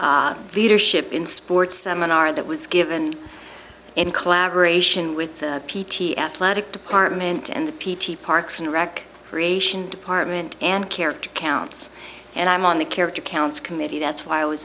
and leadership in sports seminar that was given in collaboration with p t s logic department and the p t parks and rec creation department and character counts and i'm on the character counts committee that's why i was